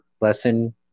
lesson